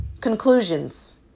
conclusions